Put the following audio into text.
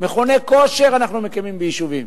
אנחנו מקימים ביישובים